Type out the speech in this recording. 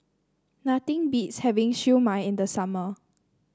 nothing beats having Siew Mai in the summer